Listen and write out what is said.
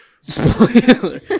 Spoiler